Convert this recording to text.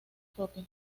propia